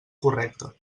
correcta